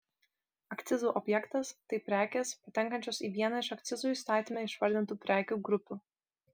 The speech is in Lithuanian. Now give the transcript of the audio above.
akcizų objektas tai prekės patenkančios į vieną iš akcizų įstatyme išvardintų prekių grupių